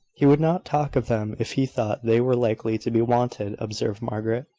he would not talk of them if he thought they were likely to be wanted, observed margaret.